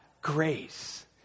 grace